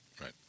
Right